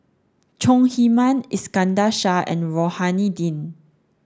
Chong Heman Iskandar Shah and Rohani Din